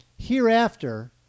Hereafter